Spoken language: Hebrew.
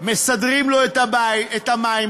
מסדרים לו את המים,